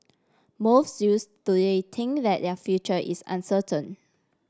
most youths today think that their future is uncertain